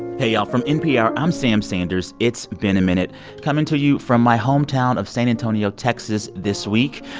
hey, y'all. from npr, i'm sam sanders it's been a minute coming to you from my hometown of san antonio, texas, this week,